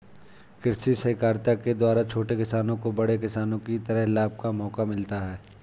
कृषि सहकारिता के द्वारा छोटे किसानों को बड़े किसानों की तरह लाभ का मौका मिलता है